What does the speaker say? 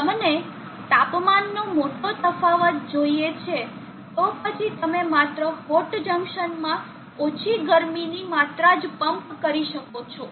જો તમને તાપમાનનો મોટો તફાવત જોઈએ છે તો પછી તમે માત્ર હોટ જંકશન માં ઓછી ગરમીની માત્રા જ પમ્પ કરી શકો છો